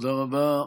תודה רבה.